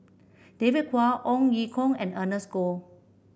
David Kwo Ong Ye Kung and Ernest Goh